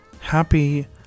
Happy